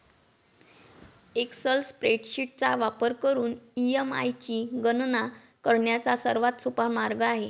Excel spreadsheet चा वापर करून ई.एम.आय ची गणना करण्याचा सर्वात सोपा मार्ग आहे